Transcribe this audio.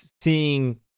seeing